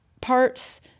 parts